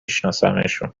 شناسمشون